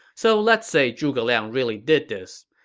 so let's say zhuge liang really did this.